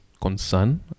concern